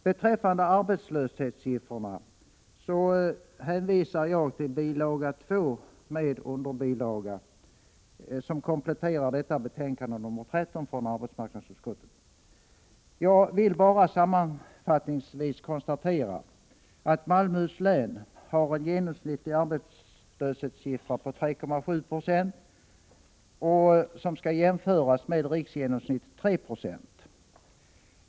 Beträffande arbetslöshetssiffrorna hänvisar jag till bil. 2 med underbilaga, som kompletterar betänkande nr 13 från arbetsmarknadsutskottet. Jag vill bara sammanfattningsvis konstatera att Malmöhus län har en genomsnittlig arbetslöhetssiffra på 3,7 20. Denna skall jämföras med riksgenomsnittet 3,0 26.